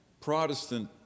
Protestant